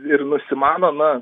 ir nusimano na